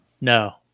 No